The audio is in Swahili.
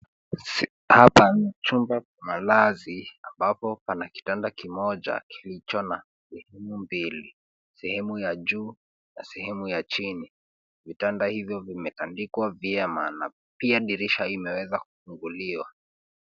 Hapa ni chumba pa malazi, ambapo pana kitanda kimoja kilicho na sehemu mbili, sehemu ya juu na sehemu ya chini. Vitanda hivyo vimetandikwa vyema, na pia dirisha imeweza kufunguliwa.